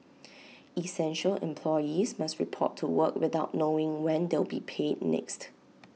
essential employees must report to work without knowing when they'll be paid next